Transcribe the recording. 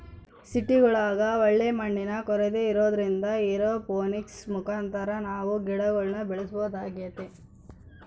ಸಿಟಿಗುಳಗ ಒಳ್ಳೆ ಮಣ್ಣಿನ ಕೊರತೆ ಇರೊದ್ರಿಂದ ಏರೋಪೋನಿಕ್ಸ್ ಮುಖಾಂತರ ನಾವು ಗಿಡಗುಳ್ನ ಬೆಳೆಸಬೊದಾಗೆತೆ